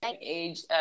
age